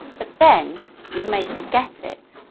but then you may forget it.